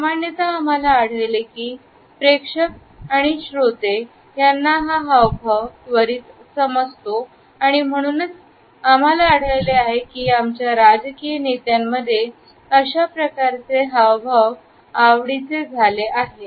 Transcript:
सामान्यत आम्हाला आढळले की प्रेक्षक आणि श्रोते यांना हा हावभाव त्वरित समजतोआणि म्हणूनच आम्हाला आढळले आहे की आजच्या राजकीय नेत्यांमध्ये अशा प्रकारचे हावभाव आवडीचे झाले आहेत